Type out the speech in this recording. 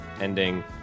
ending